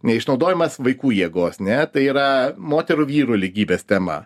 neišnaudojamas vaikų jėgos ne tai yra moterų vyrų lygybės tema